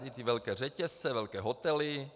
I ty velké řetězce, velké hotely.